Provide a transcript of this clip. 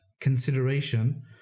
consideration